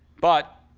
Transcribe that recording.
but